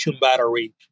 battery